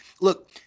Look